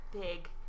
big